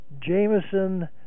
Jameson